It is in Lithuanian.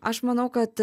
aš manau kad